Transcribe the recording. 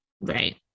Right